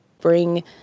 bring